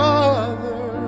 Father